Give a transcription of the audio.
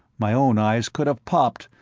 my own eyes could have popped,